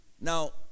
Now